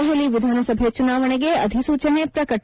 ದೆಹಲಿ ವಿಧಾನಸಭೆ ಚುನಾವಣೆಗೆ ಅಧಿಸೂಚನೆ ಪ್ರಕಟ